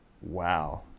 Wow